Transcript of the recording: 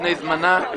לפני זמנה.